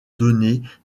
donner